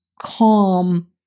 calm